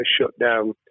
shutdown